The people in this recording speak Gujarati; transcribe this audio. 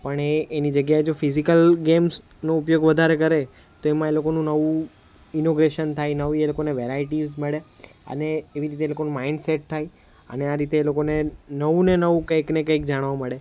પણ એ એની જગ્યાએ જો ફિઝિકલ ગેમ્સનો ઉપયોગ વધારે કરે તો એમાં એ લોકોનું નવું ઇનોગ્રેશન થાય નવી એ લોકોને વેરાઇટીઝ મળે અને એવી રીતે એ લોકોનું માઇન્ડ સેટ થાય અને આ રીતે એ લોકોને નવુંને નવું કંઈકને કંઈક જાણવા મળે